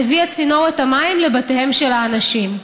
הביא הצינור את המים לבתיהם של האנשים.